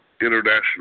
international